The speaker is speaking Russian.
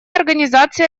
организации